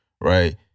right